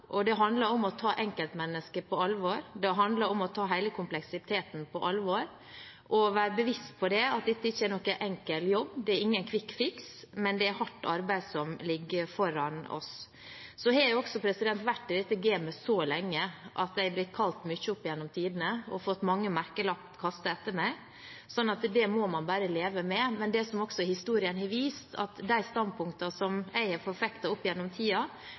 spørsmålene. Det handler om å ta enkeltmennesket på alvor, det handler om å ta hele kompleksiteten på alvor og være bevisst på at dette ikke er noen enkel jobb, det er ingen «quick fix», men det er hardt arbeid som ligger foran oss. Jeg har vært i dette gamet så lenge at jeg har blitt kalt mye opp igjennom tidene og fått mange merkelapper kastet etter meg, så det må man bare leve med. Men det som historien også har vist, er at når det gjelder de standpunktene som jeg har forfektet opp gjennom